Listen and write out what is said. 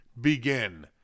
begin